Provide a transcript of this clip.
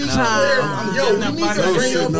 time